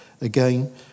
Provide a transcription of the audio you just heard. again